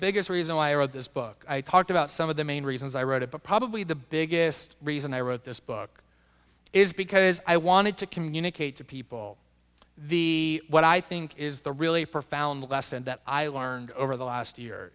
biggest reason why i wrote this book i talked about some of the main reasons i wrote a book probably the biggest reason i wrote this book is because i wanted to communicate to people the what i think is the really profound lesson that i learned over the last year